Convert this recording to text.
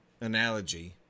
analogy